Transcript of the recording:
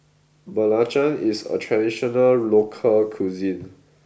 Belacan is a traditional local cuisine